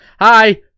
Hi